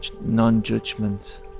non-judgment